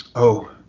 oh,